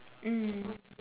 mm